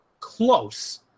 Close